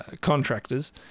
contractors